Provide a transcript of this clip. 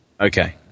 Okay